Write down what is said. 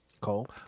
cole